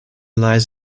lies